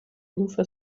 luther